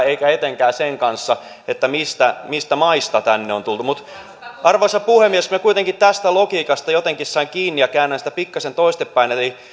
eikä etenkään sen kanssa mistä mistä maista tänne on tultu arvoisa puhemies minä kuitenkin tästä logiikasta jotenkin sain kiinni ja käännän sitä pikkasen toistepäin eli